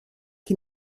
qui